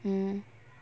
mm